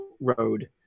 Road